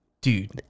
Dude